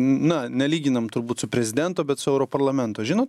na nelyginom turbūt su prezidento bet su europarlamento žinot